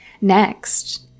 Next